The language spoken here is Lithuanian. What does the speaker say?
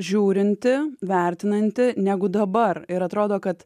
žiūrinti vertinanti negu dabar ir atrodo kad